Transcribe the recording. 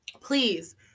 please